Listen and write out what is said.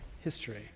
history